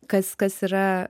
kas kas yra